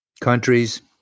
countries